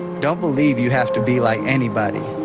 don't believe you have to be like anybody